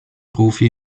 profi